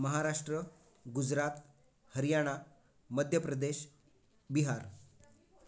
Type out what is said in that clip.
Maharashtra Gujarat Haryana Madhya Pradesh Bihar